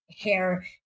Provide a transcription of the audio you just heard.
hair